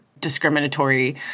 discriminatory